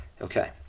okay